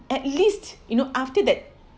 at least you know after that